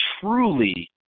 truly